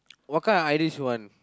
what kind of ideas you want